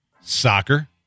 Soccer